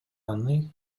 аны